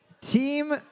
Team